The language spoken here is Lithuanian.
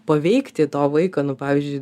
paveikti to vaiko nu pavyzdžiui